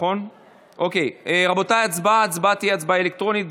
ההצבעה תהיה הצבעה אלקטרונית.